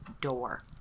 door